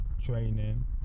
training